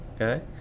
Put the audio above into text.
Okay